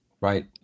right